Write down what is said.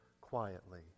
quietly